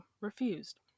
refused